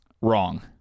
Wrong